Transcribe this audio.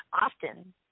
often